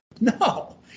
No